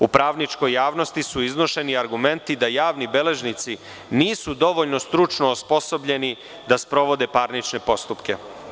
U pravničkoj javnosti su iznošeni argumenti da javni beležnici nisu dovoljno stručno osposobljeni da sprovode parnične postupke.